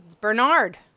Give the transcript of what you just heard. Bernard